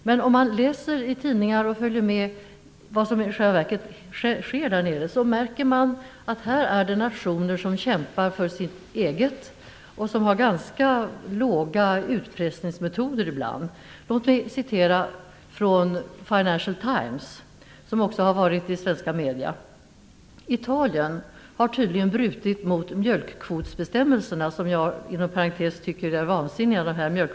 Men om man läser i tidningarna och följer med vad som i själva verket sker där nere, märker man att det är nationer som kämpar för sitt eget och som ibland har ganska låga utpressningsmetoder. Detta har bl.a. beskrivits i Financial Times, men också i svenska medier. Italien har tydligen brutit mot mjölkkvotsbestämmelserna, som jag inom parentes sagt tycker är vansinniga.